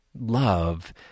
Love